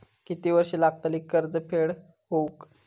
किती वर्षे लागतली कर्ज फेड होऊक?